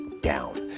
down